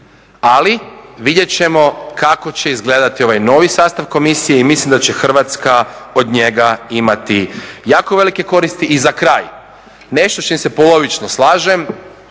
Ali, vidjet ćemo kako će izgledati ovaj novi sastav komisije i mislim da će Hrvatska od njega imati jako velike koristi. I za kraj, nešto s čim se polovično slažem,